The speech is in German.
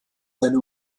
seine